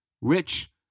rich